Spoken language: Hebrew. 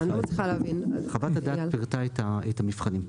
אני רוצה להבין -- חוות הדעת פירטה את המבחנים.